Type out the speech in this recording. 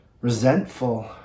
resentful